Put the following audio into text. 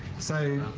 so,